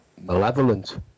malevolent